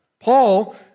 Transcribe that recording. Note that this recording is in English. Paul